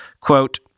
Quote